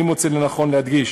אני מוצא לנכון להדגיש